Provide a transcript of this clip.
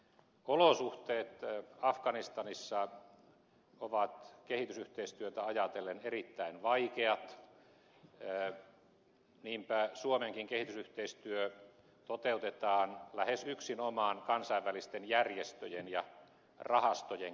olosuhteet afganistanissa ovat kehitysyhteistyötä ajatellen erittäin vaikeat niinpä suomenkin kehitysyhteistyö toteutetaan lähes yksinomaan kansainvälisten järjestöjen ja rahastojen kautta